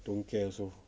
don't care also